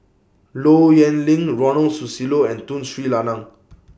Low Yen Ling Ronald Susilo and Tun Sri Lanang